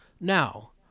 Now